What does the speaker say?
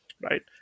right